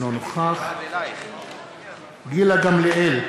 אינו נוכח גילה גמליאל,